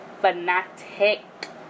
fanatic